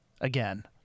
again